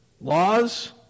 Laws